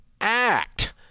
act